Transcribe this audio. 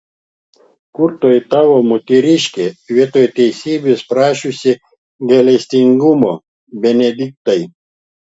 kur toji tavo moteriškė vietoj teisybės prašiusi gailestingumo benediktai